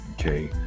okay